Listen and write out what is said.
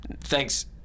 Thanks